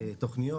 תוכניות